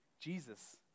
Jesus